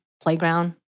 Playground